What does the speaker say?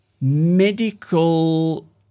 medical